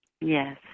Yes